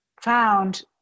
found